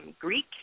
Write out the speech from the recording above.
Greek